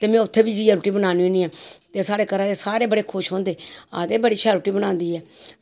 ते में उत्थें जाइयै बी रुट्टी बनान्नी होन्नी ऐं ते साढ़े घरा दे सारे बड़े खुश होंदे ते आक्खदे बड़ी शैल रुट्टी बनांदी ऐ